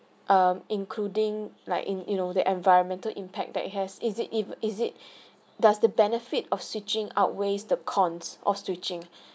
um including like in you know the environmental impact that it has is it if is it does the benefit of switching outweighs the cons or switching